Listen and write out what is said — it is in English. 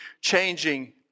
changing